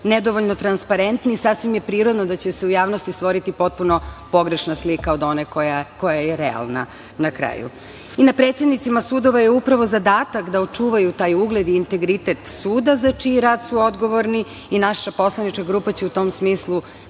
nedovoljno transparentni, sasvim je prirodno da će se u javnosti stvoriti potpuno pogrešna slika od one koja je realna na kraju. Na predsednicima sudova je upravo zadatak da očuvaju taj ugled i integritet suda za čiji rad su odgovorni. Naša poslanička grupa će u tom smislu,